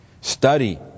Study